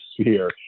sphere